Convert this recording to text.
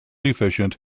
efficient